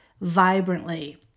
vibrantly